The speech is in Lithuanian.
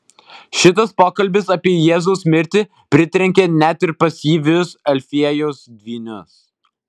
šitas pokalbis apie jėzaus mirtį pritrenkė net ir pasyvius alfiejaus dvynius